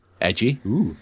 edgy